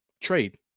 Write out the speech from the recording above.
trade